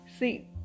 See